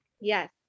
Yes